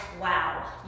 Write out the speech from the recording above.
wow